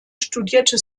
studierte